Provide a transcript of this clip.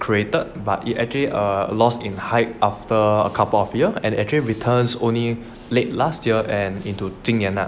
created it actually err loss in hype after a couple of years and actually returns only late last year and into 今年 ah